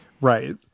right